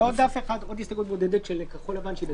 ועוד הסתייגות בודדת של כחול לבן.